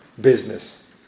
business